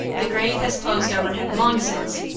the grave has closed over him long since.